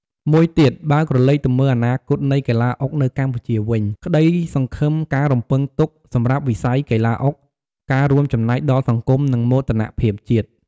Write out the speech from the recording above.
មួយទៀត បើក្រឡេកទៅមើលអនាគតនៃកីឡាអុកនៅកម្ពុជាវិញ ក្តីសង្ឃឹមការរំពឹងទុកសម្រាប់វិស័យកីឡាអុក ការរួមចំណែកដល់សង្គម និងមោទនភាពជាតិ។